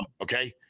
okay